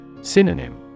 Synonym